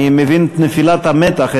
אני מבין את נפילת המתח,